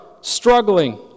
struggling